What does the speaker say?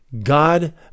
God